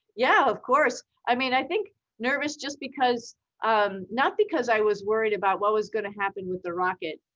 yeah, of course, i mean, i think nervous just because um not because i was worried about what was gonna happen with the rocket.